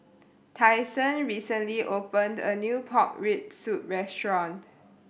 Tyson recently opened a new pork rib soup restaurant